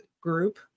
group